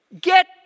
Get